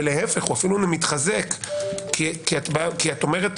ולהפך הוא אפילו מתחזק כי את אומרת